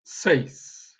seis